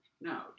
No